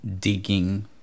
digging